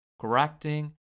correcting